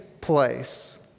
place